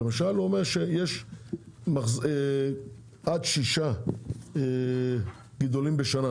הוא אומר שיש עד שישה מחזורים בשנה.